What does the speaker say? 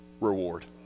reward